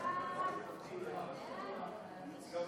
סעיפים 1 3 נתקבלו.